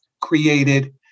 created